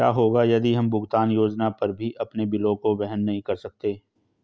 क्या होगा यदि हम भुगतान योजना पर भी अपने बिलों को वहन नहीं कर सकते हैं?